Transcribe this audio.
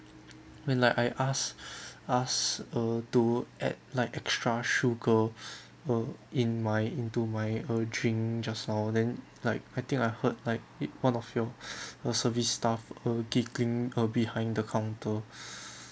when like I ask ask uh to add like extra sugar uh in my into my uh drink just now then like I think I heard like it one of your uh service staff uh giggling uh behind the counter